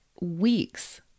weeks